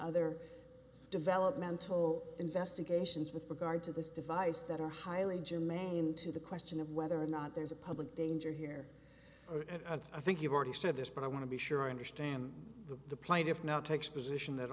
other developmental investigations with regard to this device that are highly germane to the question of whether or not there's a public danger here or i think you've already stated this but i want to be sure i understand the plaintiff now takes position that